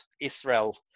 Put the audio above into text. Israel